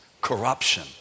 corruption